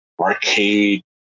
arcade